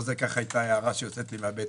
אבל זו היתה הערה שיוצאת מהבטן.